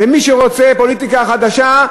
ומי שרוצה פוליטיקה חדשה,